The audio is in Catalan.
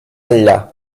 enllà